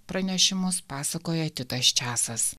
pranešimus pasakoja titas česas